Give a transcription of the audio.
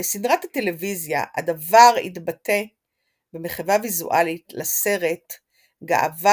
בסדרת הטלוויזיה הדבר התבטא במחווה ויזואלית לסרט גאווה